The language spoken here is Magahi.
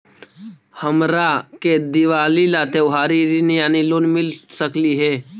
हमरा के दिवाली ला त्योहारी ऋण यानी लोन मिल सकली हे?